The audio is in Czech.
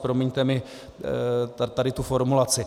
Promiňte mi tady tu formulaci.